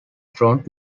front